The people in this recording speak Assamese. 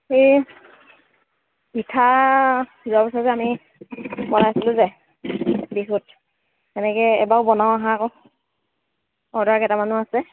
সেই পিঠা যোৱা বছৰ যে আমি বনাইছিলোঁ যে বিহুত সেনেকৈ এইবাৰো বনাওঁ আহা আকৌ অৰ্ডাৰ কেইটামানো আছে